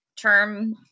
term